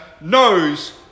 knows